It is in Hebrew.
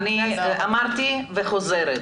אני אמרתי וחוזרת,